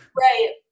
Right